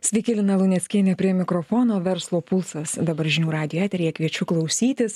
sveiki lina luneckienė prie mikrofono verslo pulsas dabar žinių radijo eteryje kviečiu klausytis